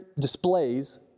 displays